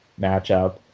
matchup